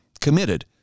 committed